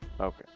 Okay